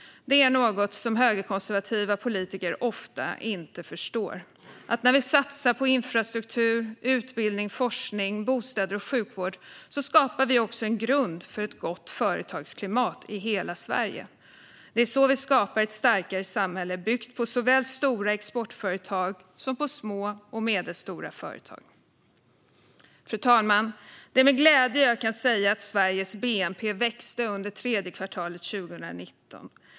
Det är något som högerkonservativa politiker ofta inte förstår - att vi när vi satsar på infrastruktur, utbildning, forskning, bostäder och sjukvård också skapar en grund för ett gott företagsklimat i hela Sverige. Det är så vi skapar ett starkare samhälle, byggt på såväl stora exportföretag som små och medelstora företag. Fru talman! Det är med glädje jag kan säga att Sveriges bnp växte under det tredje kvartalet 2019.